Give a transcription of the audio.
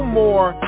more